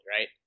right